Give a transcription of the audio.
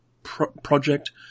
project